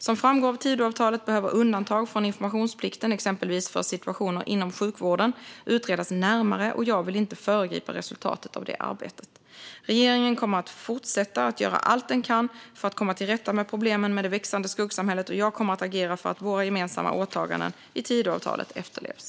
Som framgår av Tidöavtalet behöver undantag från informationsplikten, exempelvis för situationer inom sjukvården, utredas närmare, och jag vill inte föregripa resultatet av det arbetet. Regeringen kommer att fortsätta att göra allt den kan för att komma till rätta med problemen med det växande skuggsamhället, och jag kommer att agera för att våra gemensamma åtaganden i Tidöavtalet efterlevs.